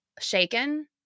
shaken